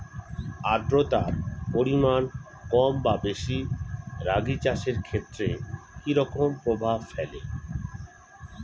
আদ্রতার পরিমাণ কম বা বেশি রাগী চাষের ক্ষেত্রে কি রকম প্রভাব ফেলে?